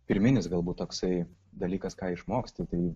pirminis galbūt toksai dalykas ką išmokslinti tai